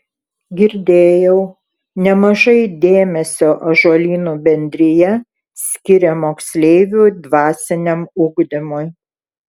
girdėjau nemažai dėmesio ąžuolyno bendrija skiria moksleivių dvasiniam ugdymui